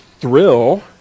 thrill